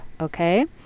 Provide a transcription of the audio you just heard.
okay